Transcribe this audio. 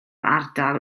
ardal